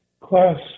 class